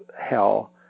hell